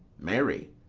marry,